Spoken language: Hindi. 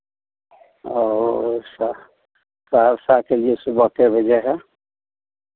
और स सहरसा के लिए सुबह कै बजे है